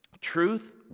truth